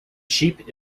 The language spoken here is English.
sheep